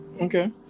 okay